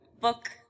book